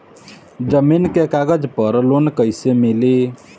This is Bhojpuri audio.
जमीन के कागज पर लोन कइसे मिली?